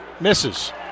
Misses